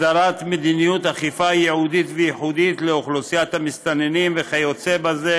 הסדרת מדיניות אכיפה ייעודית וייחודית לאוכלוסיית המסתננים וכיוצא בזה,